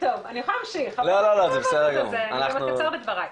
אקצר בדבריי,